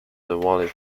valid